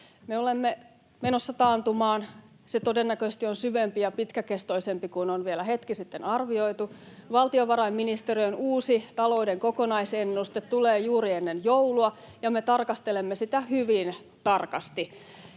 olemme menossa taantumaan, ja se todennäköisesti on syvempi ja pitkäkestoisempi kuin on vielä hetki sitten arvioitu. [Mika Lintilä: Se ei yllättänyt ketään!] Valtiovarainministeriön uusi talouden kokonaisennuste tulee juuri ennen joulua, ja me tarkastelemme sitä hyvin tarkasti,